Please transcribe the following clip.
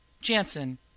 Jansen